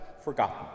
forgotten